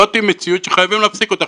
זאת מציאות שחייבים להפסיק אותה.